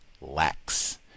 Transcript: Lacks